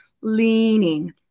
leaning